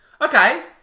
Okay